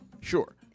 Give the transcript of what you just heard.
Sure